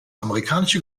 amerikanische